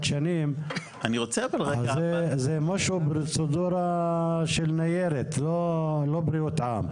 שנים אז זה משהו פרוצדורה של ניירת לא בריאות העם.